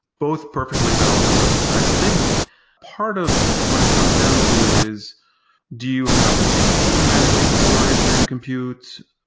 both perfectly valid approaches. i think part of what it comes down to is do you have the same team managing storage in and computes?